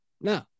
No